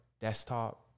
desktop